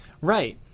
Right